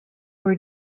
were